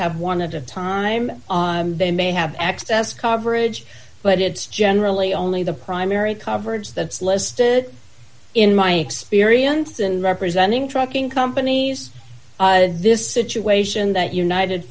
have one of the time they may have excess coverage but it's generally only the primary coverage that's listed in my experience in representing trucking companies this situation that united